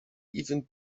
even